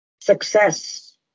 success